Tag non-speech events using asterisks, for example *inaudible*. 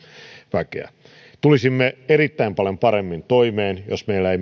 väkeä tulisimme erittäin paljon paremmin toimeen jos meillä ei *unintelligible*